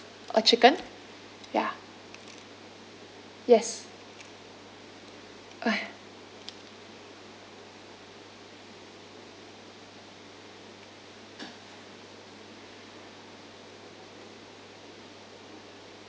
a chicken ya yes